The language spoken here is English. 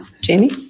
Jamie